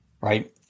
right